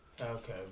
Okay